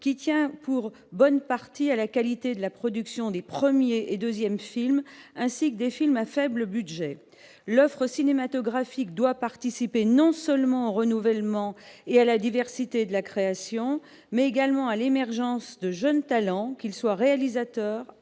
qui tient pour bonne partie à la qualité de la production des premiers et deuxièmes films ainsi que des films à faible budget l'offre cinématographique doit participer non seulement au renouvellement et à la diversité de la création, mais également à l'émergence de jeunes talents, qu'ils soient, réalisateurs,